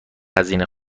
هزینه